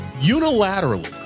unilaterally